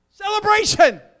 Celebration